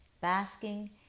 basking